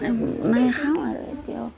বনাই খাওঁ আৰু এতিয়াও